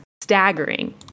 staggering